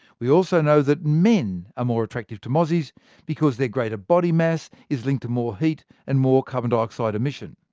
we also know that men are ah more attractive to mozzies because their greater body mass is linked to more heat and more carbon dioxide emission.